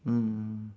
mm